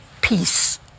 peace